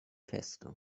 feste